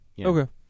Okay